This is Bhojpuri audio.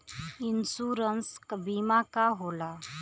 इन्शुरन्स बीमा का होला?